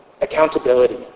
accountability